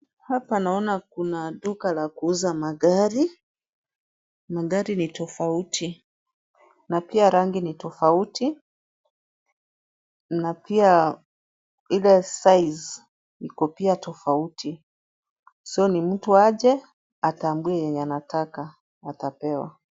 Hapa naona kuna duka la kuuza magari ,magari ni tofauti ,na pia rangi ni tofauti na pia Ile size(cs) iko pia tofauti , so ni mtu aje atambue yenye anataka, atapewa .